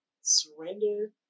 surrender